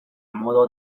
modo